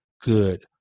good